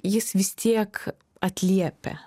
jis vis tiek atliepia